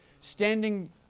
standing